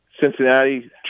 Cincinnati